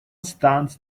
stands